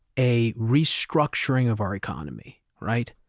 a restructuring of our economy, right?